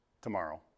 tomorrow